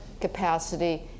capacity